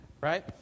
right